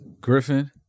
Griffin